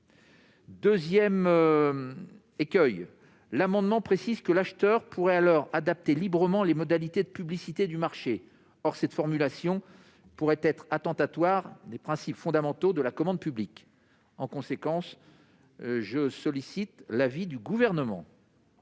autre écueil, il est précisé que l'acheteur pourrait alors adapter librement les modalités de publicité du marché. Or cette formulation pourrait être attentatoire aux principes fondamentaux de la commande publique. En conséquence, la commission sollicite l'avis du Gouvernement.